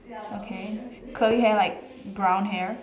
okay curly hair like brown hair